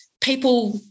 people